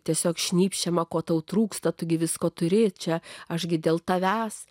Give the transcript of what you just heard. tiesiog šnypščiama ko tau trūksta tu gi visko turi čia aš gi dėl tavęs